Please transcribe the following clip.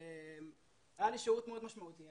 היה לי שירות מאוד משמעותי.